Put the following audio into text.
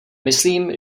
myslím